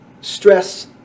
stress